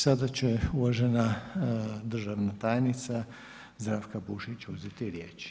Sada će uvažena državna tajnica Zdravka Bušić uzeti riječ.